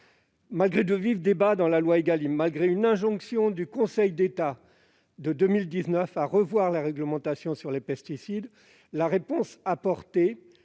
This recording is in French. accessible à tous- la loi Égalim -, malgré une injonction du Conseil d'État de 2019 à revoir la réglementation sur les pesticides, la réponse apportée